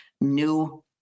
new